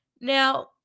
Now